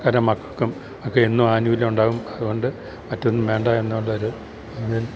മക്കള്ക്കും ഒക്കെ എന്നും ആനുകൂല്യം ഉണ്ടാവും അതുകൊണ്ട് മറ്റൊന്നും വേണ്ട എന്നുള്ളൊരു